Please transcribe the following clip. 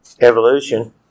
Evolution